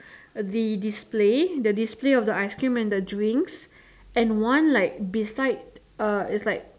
the the display the display of the ice cream and the drinks and one like beside a is like